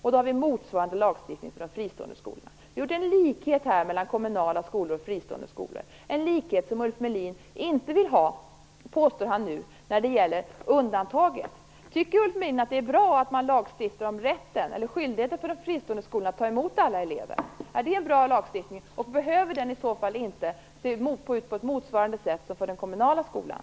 Vi har infört motsvarande lagstiftning för de fristående skolorna. Vi har gjort en likhet mellan kommunala och fristående skolor. Det är en likhet som Ulf Melin nu påstår att han inte vill ha när det gäller undantagen. Tycker Ulf Melin att det är bra att man lagstiftar om skyldigheten för de fristående skolorna att ta emot alla elever? Är det en bra lagstiftning och behöver den i så fall inte se ut på samma sätt som för den kommunala skolan?